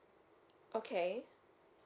okay